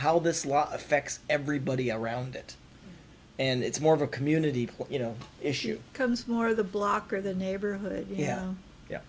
how this law affects everybody around it and it's more of a community you know issue becomes more the block or the neighborhood yeah yeah